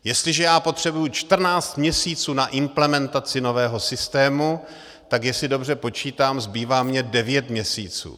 Jestliže já potřebuji 14 měsíců na implementaci nového systému, tak jestli dobře počítám, zbývá mi devět měsíců.